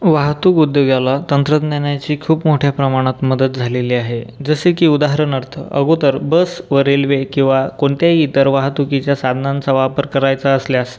वाहतूक उद्योगाला तंत्रज्ञानाची खूप मोठ्या प्रमाणात मदत झालेली आहे जसे की उदारणार्थ अगोदर बसवरील वे किंवा कोणत्याही इतर वाहतुकीच्या साधनांचा वापर करायचा असल्यास